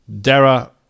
Dara